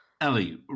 Ellie